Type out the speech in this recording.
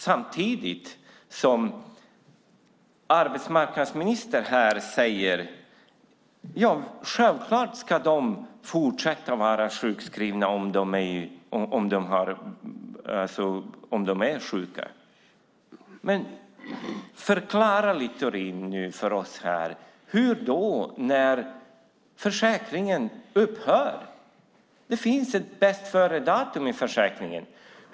Samtidigt säger arbetsmarknadsministern att de som är sjuka självklart ska fortsätta vara sjukskrivna. Förklara nu för oss, Littorin, hur det ska gå till när försäkringen upphör. Det finns ju ett bästföredatum i försäkringen.